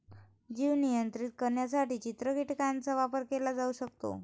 जीव नियंत्रित करण्यासाठी चित्र कीटकांचा वापर केला जाऊ शकतो